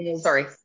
sorry